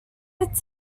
its